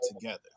together